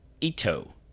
Ito